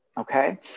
okay